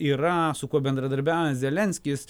yra su kuo bendradarbiauja zelenskis